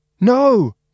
No